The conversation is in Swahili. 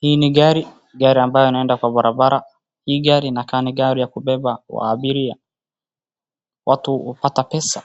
Hii ni gari, gari amabayo inayoenda kwa barabara. Hii gari inakaa ni gari inaonekana kubeba abiria. Watu hupata pesa,